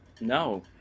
no